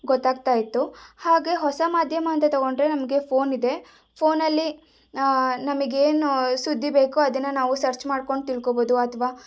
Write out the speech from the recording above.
ಗೊತ್ತಾಗ್ತಾಯಿತ್ತು ಹಾಗೆ ಹೊಸ ಮಾಧ್ಯಮ ಅಂತ ತೊಗೊಂಡ್ರೆ ನಮಗೆ ಫೋನ್ ಇದೆ ಫೋನಲ್ಲಿ ನಮಗೇನು ಸುದ್ದಿ ಬೇಕು ಅದನ್ನು ನಾವು ಸರ್ಚ್ ಮಾಡಿಕೊಂಡು ತಿಳ್ಕೋಬೋದು ಅಥವಾ